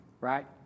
right